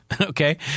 Okay